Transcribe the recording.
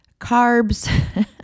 Carbs